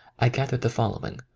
i gathered the following,